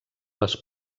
les